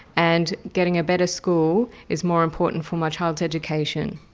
and getting a better school is more important for my child's education.